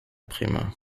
prime